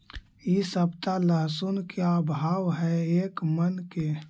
इ सप्ताह लहसुन के का भाव है एक मन के?